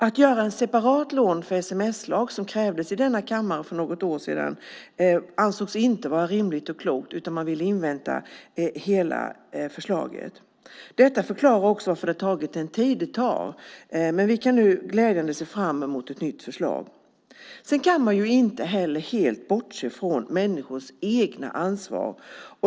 Att göra en separat lag för sms-lån, som krävdes här i kammaren för något år sedan, ansågs inte vara rimligt och klokt, utan man ville invänta hela förslaget. Detta förklarar också att det har tagit den tid som det har tagit. Det är glädjande att vi nu kan se fram emot ett nytt förslag. Man kan inte heller helt bortse från människors eget ansvar.